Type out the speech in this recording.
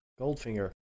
Goldfinger